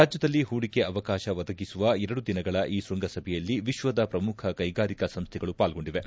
ರಾಜ್ಯದಲ್ಲಿ ಹೂಡಿಕೆ ಅವಕಾಶ ಒದಗಿಸುವ ಎರಡು ದಿನಗಳ ಈ ಶ್ವಂಗ ಸಭೆಯಲ್ಲಿ ವಿಶ್ವದ ಪ್ರಮುಖ ಕೈಗಾರಿಕಾ ಸಂಸ್ನೆಗಳು ಪಾಲ್ಗೊಂಡಿವೆ